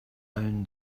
own